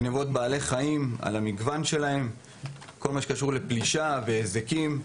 גניבות בעלי חיים, פלישה והיזקים.